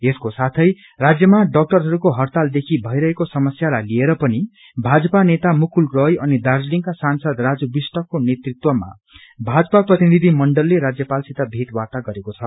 यसको साथै राज्यमा डाक्टरहरूको हड़तालदेखि भइरहेको समस्यालाई लिएर पनि भाजपा नेता मुकुल राय अनि दार्जीलिङका सांसद राजु विष्टको नेतृत्वमा भाजपा प्रतिनिधि मण्डलले राज्यपालसित भेटवार्ता गरेको छ